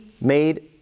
made